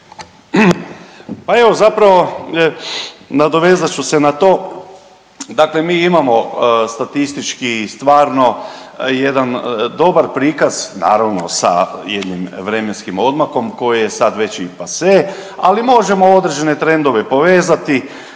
Pa evo zapravo nadovezat ću se na to, dakle mi imamo statistički stvarno jedan dobar prikaz, naravno sa jednim vremenskim odmakom koje je sad već ipase, ali možemo određene trendove povezati